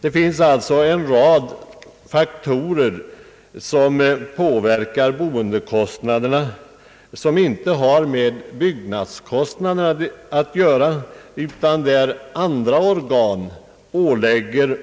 Det finns alltså en rad faktorer som påverkar boendekostnaderna och som inte har med byggnadskostnaderna att göra — andra organ ålägger